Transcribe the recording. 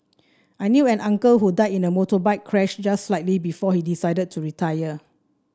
I knew an uncle who died in a motorbike crash just slightly before he decided to retire